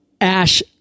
Ash